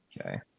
Okay